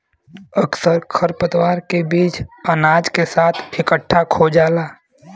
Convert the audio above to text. अक्सर खरपतवार के बीज अनाज के साथ इकट्ठा खो जाला